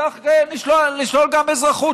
נשלול גם אזרחות.